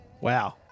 Wow